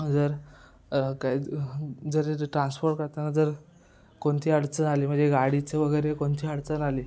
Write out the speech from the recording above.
जर काय जर ट्रान्सपोर्ट करताना जर कोणती अडचण आली म्हणजे गाडीचं वगैरे कोणती अडचण आली